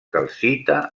calcita